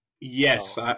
Yes